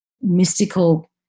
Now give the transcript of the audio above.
mystical